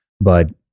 But-